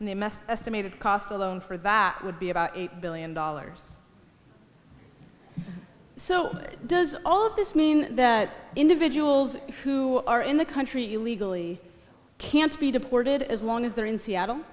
and the mess estimated cost alone for that would be about eight billion dollars so does all of this mean that individuals who are in the country illegally can't be deported as long as they're in